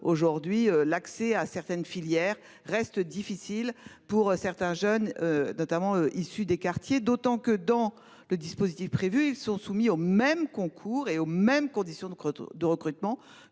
aujourd'hui l'accès à certaines filières reste difficile pour certains jeunes notamment issus des quartiers, d'autant que dans le dispositif prévu, ils sont soumis au même concours et aux mêmes conditions de crottes